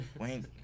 Wayne